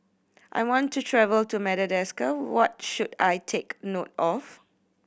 I want to travel to Madagascar what should I take note of